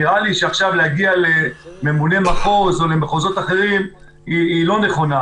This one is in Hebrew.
נראה לי שעכשיו להגיע לממונה על המחוז או למחוזות אחרים זה לא נכון.